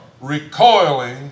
Recoiling